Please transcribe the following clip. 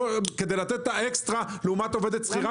כדי לתת אקסטרה לעומת עובדת שכירה?